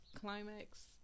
climax